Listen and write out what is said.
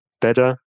better